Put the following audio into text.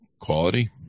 quality